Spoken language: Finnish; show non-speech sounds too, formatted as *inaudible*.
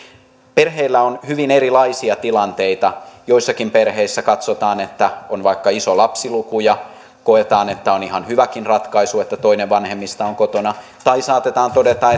perheillä on hyvin erilaisia tilanteita joissakin perheissä katsotaan ja koetaan kun on vaikka iso lapsiluku että on ihan hyväkin ratkaisu että toinen vanhemmista on kotona tai saatetaan todeta *unintelligible*